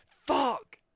Fuck